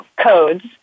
codes